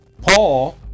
Paul